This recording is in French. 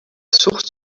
source